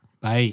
Bye